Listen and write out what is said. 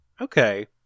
okay